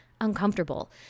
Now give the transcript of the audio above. uncomfortable